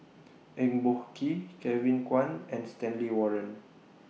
Eng Boh Kee Kevin Kwan and Stanley Warren